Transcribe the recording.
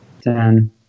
Ten